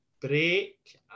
break